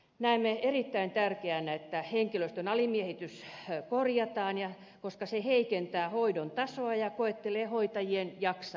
näemme erittäin tärkeänä että henkilöstön alimiehitys korjataan koska se heikentää hoidon tasoa ja koettelee hoitajien jaksamista